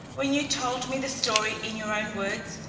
when you told me the story in your own words,